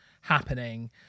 happening